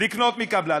לקנות מקבלן,